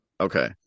Okay